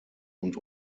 und